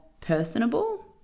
personable